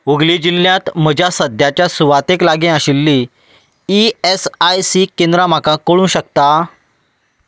हुगली जिल्ल्यांत म्हज्या सद्याच्या सुवातेक लागीं आशिल्लीं ईएसआयसी केंद्रां म्हाका कळूंक शकतात